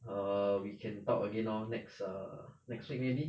err we can talk again lor next err next week maybe